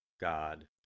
God